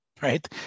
right